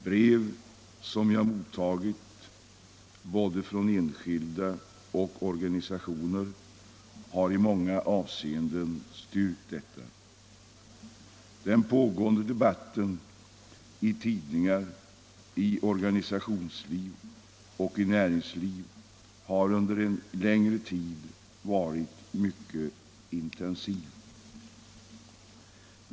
Brev som jag mottagit både från enskilda och från organisationer har i många avseenden styrkt detta. Den pågående debatten i tidningar, i organisationsliv och näringsliv har under en längre tid varit mycket intensiv.